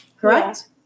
Correct